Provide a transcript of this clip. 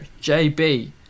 JB